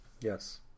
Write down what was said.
Yes